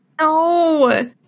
No